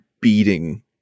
beating